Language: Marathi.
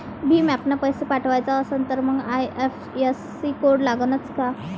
भीम ॲपनं पैसे पाठवायचा असन तर मंग आय.एफ.एस.सी कोड लागनच काय?